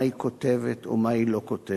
מה היא כותבת או מה היא לא כותבת.